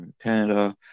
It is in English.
Canada